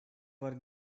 were